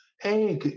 hey